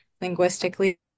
linguistically